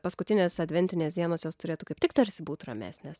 paskutinės adventinės dienos jos turėtų kaip tik tarsi būt ramesnės